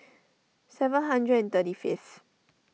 seven hundred and thirty fifth